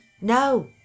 No